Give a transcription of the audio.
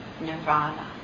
nirvana